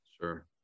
Sure